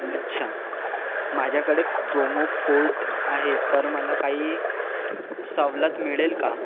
अच्छा माझ्याकडे promo code आहे तर मला काही सवलत मिळेल का